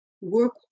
work